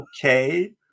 Okay